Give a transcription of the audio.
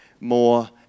more